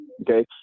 Okay